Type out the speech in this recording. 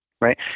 Right